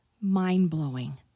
mind-blowing